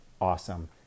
awesome